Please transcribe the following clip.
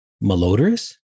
malodorous